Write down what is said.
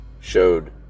showed